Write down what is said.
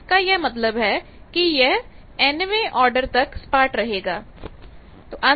इसका यह मतलब है कि यह nवें ऑर्डर तक सपाट रहेगा